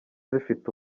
zifite